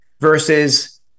versus